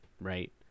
right